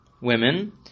women